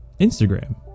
instagram